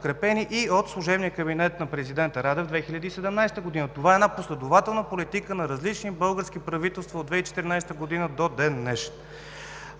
и от служебния кабинет на президента Радев в 2017 г. Това е една последователна политика на различни български правителства от 2014 г. до ден днешен.